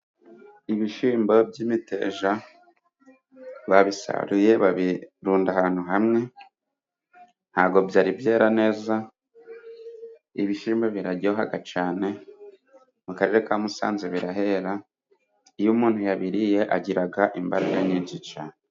Ibishimbo by'imiteja babisaruye babirunda ahantu hamwe ntago byari byera neza ibishimbo biraryohaga cane mu karere ka Musanze birahera iyo umuntu yabiriye agiraga imbaraga nyinshi cane.